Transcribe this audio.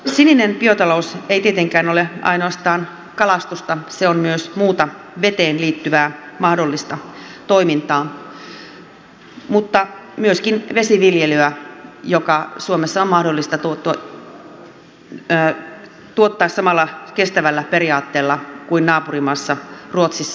sininen biotalous ei tietenkään ole ainoastaan kalastusta se on myös muuta veteen liittyvää mahdollista toimintaa mutta myöskin vesiviljelyä joka suomessa on mahdollista tuottaa samalla kestävällä periaatteella kuin naapurimaassa ruotsissa